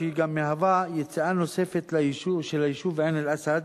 היא גם מהווה יציאה נוספת של היישוב עין-אל-אסד,